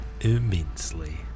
immensely